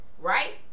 right